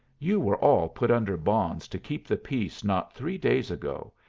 you were all put under bonds to keep the peace not three days ago,